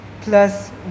plus